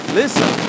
listen